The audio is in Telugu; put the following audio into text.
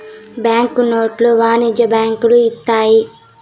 బ్యాంక్ నోట్లు వాణిజ్య బ్యాంకులు ఇత్తాయి